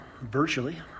virtually